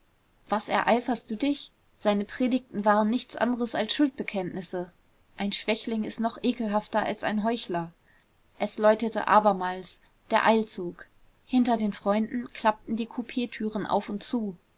was ereiferst du dich seine predigten waren nichts anderes als schuldbekenntnisse ein schwächling ist noch ekelhafter als ein heuchler es läutete abermals der eilzug hinter den freunden klappten die couptüren auf und zu